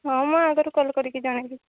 ହଁ ମୁଁ ଆଗରୁ କଲ୍ କରିକି ଜଣେଇବି